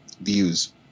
views